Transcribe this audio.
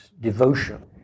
devotion